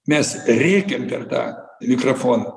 mes rėkėm per tą mikrafoną